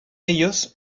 ellos